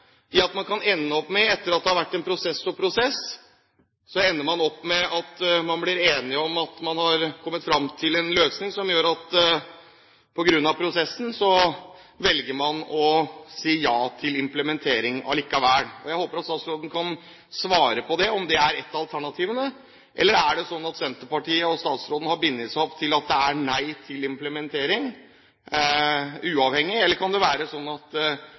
at man har kommet fram til en løsning som gjør at man på grunn av prosessen velger å si ja til implementering likevel. Jeg håper at statsråden kan svare på om det er ett av alternativene. Er det sånn at Senterpartiet og statsråden har bundet seg opp til at det er nei til implementering uavhengig av dette, eller kan konsekvensene bli så store at